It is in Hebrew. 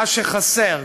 מה שחסר.